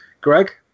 Greg